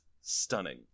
stunning